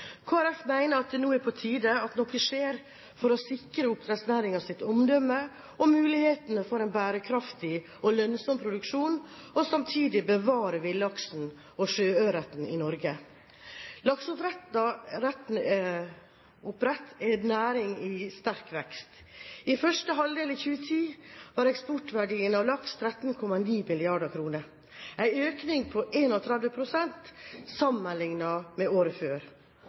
at det nå er på tide at noe skjer for å sikre oppdrettsnæringens omdømme og mulighetene for en bærekraftig og lønnsom produksjon, og samtidig bevare villaksen og sjøørreten i Norge. Lakseoppdrett er en næring i sterk vekst. I første halvdel av 2010 var eksportverdien av laks 13,9 mrd. kr – en økning på 31 pst. sammenlignet med året før.